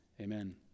Amen